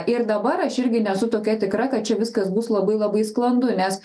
ir dabar aš irgi nesu tokia tikra kad čia viskas bus labai labai sklandu nes